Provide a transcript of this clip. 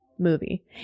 movie